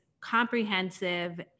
comprehensive